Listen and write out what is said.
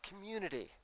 community